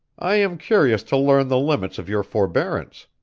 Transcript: i am curious to learn the limits of your forbearance,